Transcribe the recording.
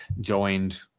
joined